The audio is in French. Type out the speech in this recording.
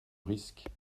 risque